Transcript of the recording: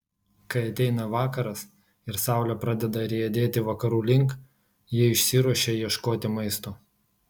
kai ateina vakaras ir saulė pradeda riedėti vakarų link jie išsiruošia ieškoti maisto